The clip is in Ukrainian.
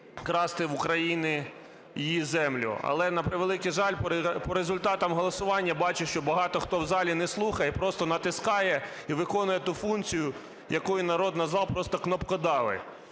красти в України її землю. Але, на превеликий жаль, по результатах голосування бачу, що багато хто в залі не слухає, просто натискає і виконує ту функцію, яку народ назвав просто "кнопкодави".